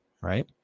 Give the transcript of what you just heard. right